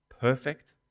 perfect